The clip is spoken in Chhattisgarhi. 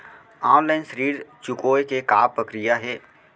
ऑनलाइन ऋण चुकोय के का प्रक्रिया हे?